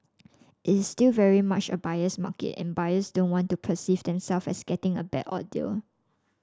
it is still very much a buyer's market and buyers don't want to perceive them self as getting a bad or deal